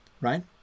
right